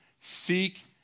Seek